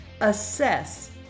Assess